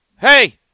hey